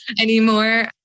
anymore